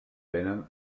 venen